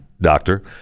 doctor